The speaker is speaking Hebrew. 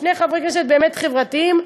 שני חברי כנסת באמת חברתיים,